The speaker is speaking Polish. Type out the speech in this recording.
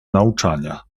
nauczania